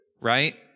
right